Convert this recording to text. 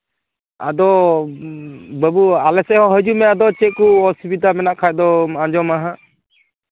ᱟᱫᱚ ᱵᱟᱹᱵᱩ ᱟᱞᱮᱥᱮᱫ ᱦᱚᱸ ᱦᱤᱡᱩᱜ ᱢᱮ ᱟᱫᱚ ᱪᱮᱫ ᱠᱚ ᱚᱥᱩᱵᱤᱫᱷᱟ ᱢᱮᱱᱟᱜ ᱠᱷᱟᱡ ᱫᱚ ᱟᱸᱡᱚᱢᱟ ᱦᱟᱸᱜ